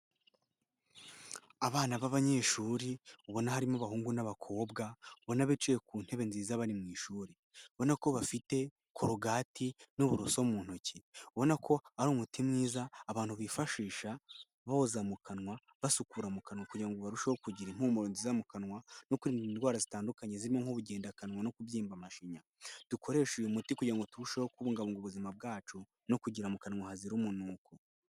Abana b'abanyeshuri ubona harimo abahungu n'abakobwa, ubona bicaye ku ntebe nziza bari mu ishuri. Ubona ko bafite korogati n'uburoso mu ntoki. Ubona ko ari umuti mwiza abantu bifashisha boza mu kanwa, basukura mu kanwa, kugira ngo barusheho kugira impumuro nziza mu kanwa, no kwirinda indwara zitandukanye zirimo nk'ubugendakanwa no kubyimba amashinya. Dukoreshe uyu muti kugira ngo turusheho kubungabunga ubuzima bwacu, no kugira mu kanwa hazira umunuko.